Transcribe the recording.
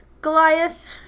Goliath